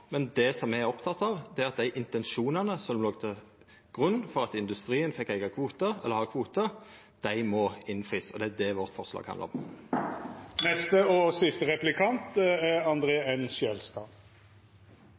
Men det me er opptekne av, er at dei intensjonane som låg til grunn for at industrien fekk eigen kvote, eller har kvote, må innfriast. Det er det forslaget vårt handlar om.